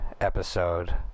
episode